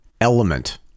element